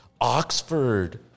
Oxford